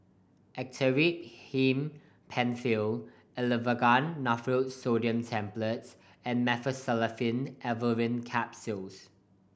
Actrapid Him Penfill Aleve Naproxen Sodium Tablets and Meteospasmyl Alverine Capsules